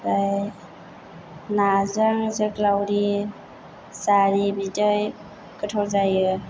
ओमफ्राय नाजों जोग्लावरि जारि बिदै गोथाव जायो